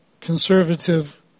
conservative